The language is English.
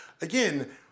again